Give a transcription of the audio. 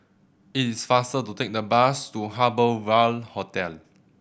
it is faster to take the bus to Harbour Ville Hotel